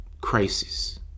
crisis